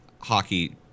hockey